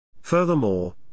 Furthermore